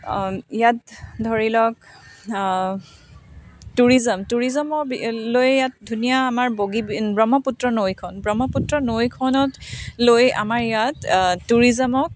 ইয়াত ধৰি লওক টুৰিচম টুৰিচমৰ লৈ ইয়াত ধুনীয়া আমাৰ বগীবিল ব্ৰহ্মপুত্ৰ নৈখন ব্ৰহ্মপুত্ৰ নৈখনক লৈ আমাৰ ইয়াত টুৰিচমক